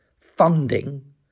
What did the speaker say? funding